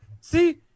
see